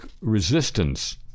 resistance